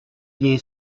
bien